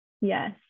Yes